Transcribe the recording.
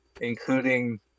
including